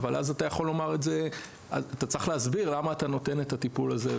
אבל אתה צריך להסביר למה אתה נותן את הטיפול הזה,